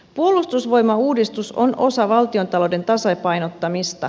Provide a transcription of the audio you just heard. puolustusvoimauudistus on osa valtiontalouden tasapainottamista